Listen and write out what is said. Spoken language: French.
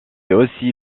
aussi